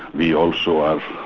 we also are